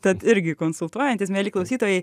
tad irgi konsultuojantis mieli klausytojai